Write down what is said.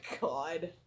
God